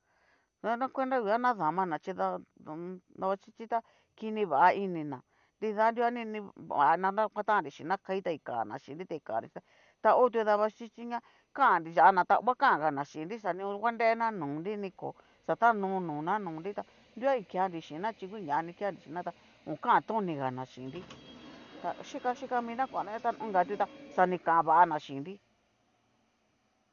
Nra na kuenta nguan nadamana chí da ho o on. davaxhichi ta kini va inina nrida ni ni nrivana ta nguatannri xhina kai ta ni kana xhinnri ta ni kannri xhinna ta otu daba xhiñi ña kan niyana tá gua kangana xhinnri xa ni gua nrena nonri ni ko xatano nona nonri tá nruguan ni kenri chinna chí nguña nikenri xhínna xhí nguña ni kenri xhínna ta okantonigana xhínnri, ta xhika xhika mina kauna ta onka tu xa ni kan va'ana xhínnri